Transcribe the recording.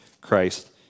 Christ